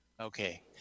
Okay